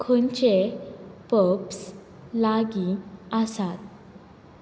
खंयचे पब्स लागीं आसात